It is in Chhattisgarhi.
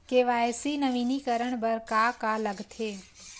के.वाई.सी नवीनीकरण बर का का लगथे?